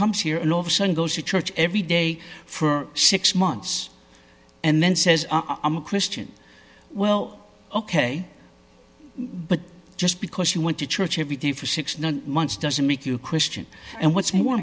comes here in los and goes to church every day for six months and then says i'm a christian well ok but just because you went to church every day for six months doesn't make you a christian and what's more